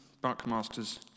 Buckmaster's